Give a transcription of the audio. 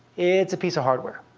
it's a piece of hardware.